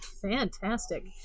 Fantastic